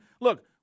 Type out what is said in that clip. look